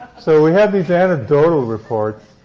so we have these anecdotal reports,